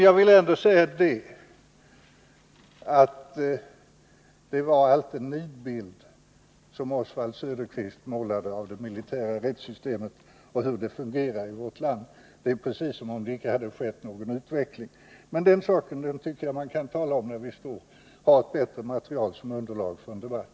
Jag vill emellertid ändå säga att det allt var en nidbild som Oswald Söderqvist målade av det militära rättssystemet och hur det fungerar i vårt land. Det är precis som om det inte hade skett någon utveckling. Men den saken tycker jag man kan tala om när vi har ett bättre material som underlag för en debatt.